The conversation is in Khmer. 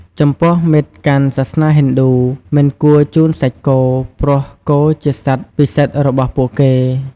ចំពោះមិត្តកាន់សាសនាហិណ្ឌូ មិនគួរជូនសាច់គោ ព្រោះគោជាសត្វពិសិដ្ឋរបស់ពួកគេ។